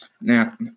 Now